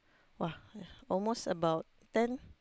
!woah! almost about ten